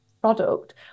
product